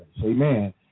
amen